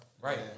Right